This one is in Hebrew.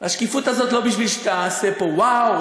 השקיפות הזאת היא לא בשביל שתעשה פה וואו או שוואו,